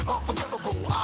Unforgivable